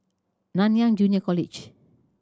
Nanyang Junior College